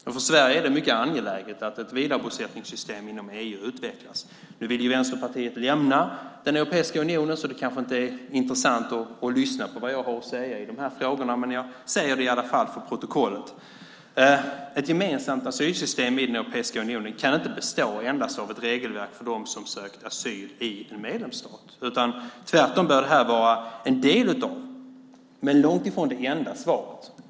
Men för Sverige är det mycket angeläget att ett vidarebosättningssystem inom EU utvecklas. Nu vill ju Vänsterpartiet lämna Europeiska unionen, så det kanske inte är intressant att lyssna på vad jag har att säga i dessa frågor, men jag säger det i alla fall för protokollets skull. Ett gemensamt asylsystem inom Europeiska unionen kan inte bestå endast av ett regelverk för dem som söker asyl i en medlemsstat, utan tvärtom bör detta vara en del av det men långt ifrån det enda svaret.